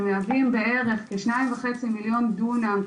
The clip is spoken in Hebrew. שמהווים בערך כ- 2.5 מיליון דונם,